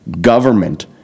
government